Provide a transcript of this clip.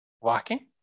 walking